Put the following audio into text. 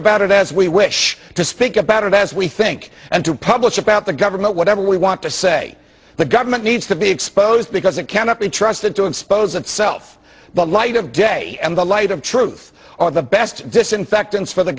about it as we wish to speak about it as we think and to publish about the government whatever we want to say the government needs to be exposed because it cannot be trusted to expose itself the light of day and the light of truth on the best disinfectants for the